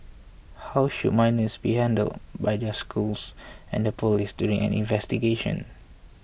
how should minors be handled by their schools and the police during an investigation